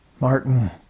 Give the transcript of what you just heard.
Martin